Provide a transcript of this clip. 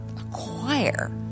acquire